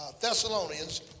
Thessalonians